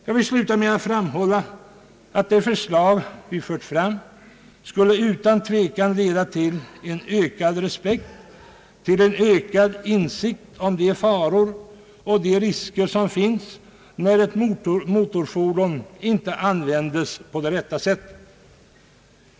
Jag vill sluta med att framhålla att det förslag som vi fört fram utan tvekan skulle leda till ökad respekt för och ökad insikt om de faror och risker som finns när ett motorfordon inte användes på det rätta sättet.